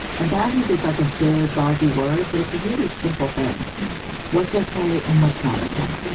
and boundaries is like a big, gauzy word, but it's a really simple thing what's ok and what's not ok.